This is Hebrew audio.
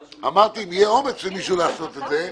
אמרתי: אם יהיה אומץ למישהו לעשות את זה,